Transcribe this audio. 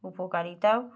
উপকারিতাও